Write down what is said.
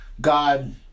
God